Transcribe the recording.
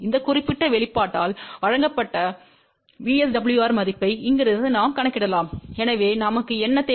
இந்த குறிப்பிட்ட வெளிப்பாட்டால் வழங்கப்பட்ட VSWR மதிப்பை இங்கிருந்து நாம் கணக்கிடலாம் எனவே நமக்கு என்ன தேவை